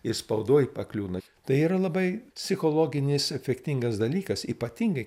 ir spaudoj pakliūna tai yra labai psichologinis efektingas dalykas ypatingai